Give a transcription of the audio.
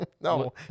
No